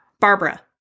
Barbara